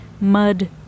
mud